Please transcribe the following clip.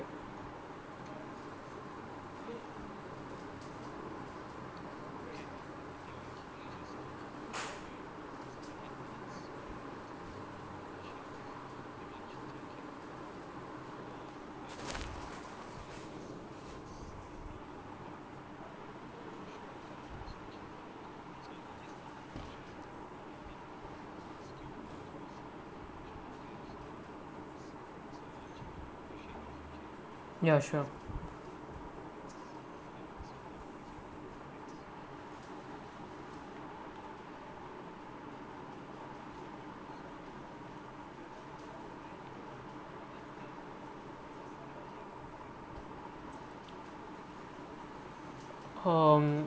um ya sure